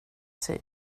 sig